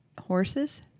horses